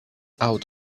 out